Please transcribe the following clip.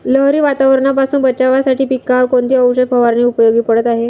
लहरी वातावरणापासून बचावासाठी पिकांवर कोणती औषध फवारणी उपयोगी पडत आहे?